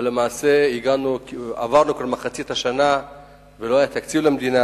ולמעשה עברנו את מחצית השנה ולא היה תקציב למדינה.